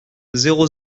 zéro